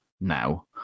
now